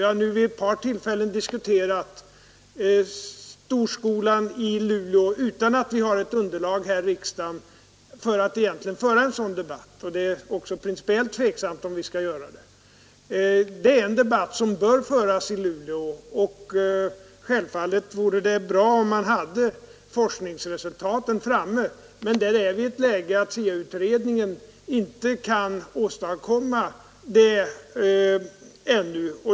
Vi har nu vid ett par tillfällen diskuterat storskolan i Luleå utan att här i riksdagen egentligen ha ett underlag för en sådan debatt. Det är också principiellt tveksamt om vi skall ta upp den — det är en debatt som bör föras i Luleå. Självfallet vore det bra, om forskningsresultaten redan förelåg, men läget är att SIA-utredningen ännu inte kunnat åstadkomma detta.